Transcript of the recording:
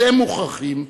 אתם מוכרחים,